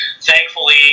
Thankfully